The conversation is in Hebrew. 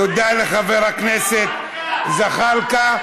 תודה לחבר הכנסת זחאלקה.